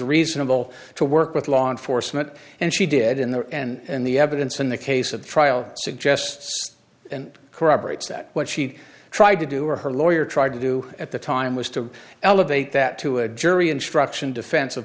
reasonable to work with law enforcement and she did in there and the evidence in the case of the trial suggests and corroborates that what she tried to do or her lawyer tried to do at the time was to elevate that to a jury instruction defens